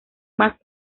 más